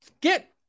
Get